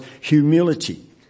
humility